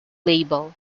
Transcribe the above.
label